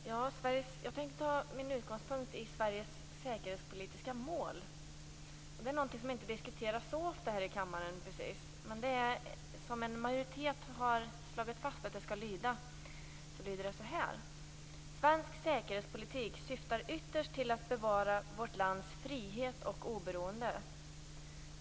Fru talman! Jag tänkte ta min utgångspunkt i Sveriges säkerhetspolitiska mål. Det är något vi inte diskuterar så ofta i kammaren. En majoritet har slagit fast att målet skall lyda som följer: Svensk säkerhetspolitik syftar ytterst till att bevara vårt lands frihet och oberoende.